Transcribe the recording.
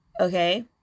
okay